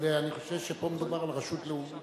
אבל אני חושב שפה מדובר על רשות לאומית